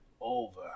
over